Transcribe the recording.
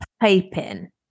piping